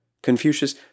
Confucius